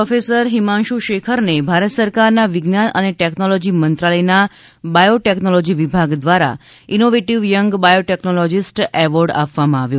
ગાંધીનગરના પ્રોફેસર હિમાંશુ શેખરને ભારત સરકારના વિજ્ઞાન અને ટેકનોલોજી મંત્રાલયના બાયોટેકનોલોજી વિભાગ દ્વારા ઇનોવેટીવ યંગ બાયોટેકનોલોજીસ્ટ એવોર્ડ આપવામાં આવ્યો